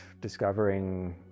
discovering